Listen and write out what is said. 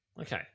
Okay